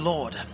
Lord